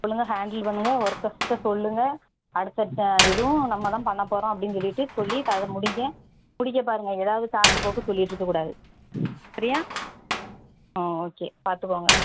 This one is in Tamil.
ஒழுங்கா ஹேண்டில் பண்ணுங்கள் ஒர்க்கர்ஸ்ட்ட சொல்லுங்கள் அடுத்தடுத்த இதுவும் நம்மதான் பண்ணப்போகிறோம் அப்படின்னு சொல்லிட்டு சொல்லி அதை முடியுங்க முடிக்கப்பாருங்கள் ஏதாவது சாக்கு போக்கு சொல்லிட்டுருக்கக்கூடாது சரியா ஆ ஓகே பாத்துக்கங்க